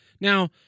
Now